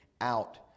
out